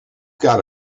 got